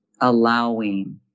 allowing